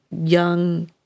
young